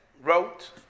wrote